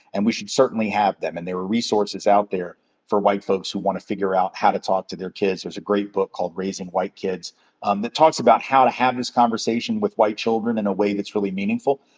and we should certainly have them, and there are resources out there for white folks who wanna figure out how to talk to their kids. there's a great book called raising white kids um that talks about how to have this conversation with white children in a way that's really meaningful.